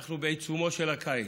אנחנו בעיצומו של הקיץ,